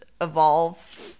evolve